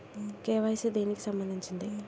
KYC దేనికి సంబందించింది?